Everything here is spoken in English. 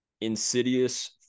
Insidious